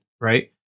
right